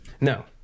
No